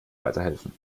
weiterhelfen